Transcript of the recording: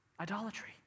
idolatry